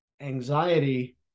anxiety